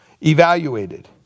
evaluated